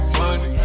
money